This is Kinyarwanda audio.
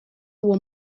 uwo